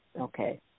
okay